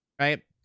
right